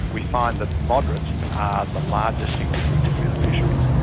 we find that moderates are the largest single group of beneficiaries.